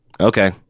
okay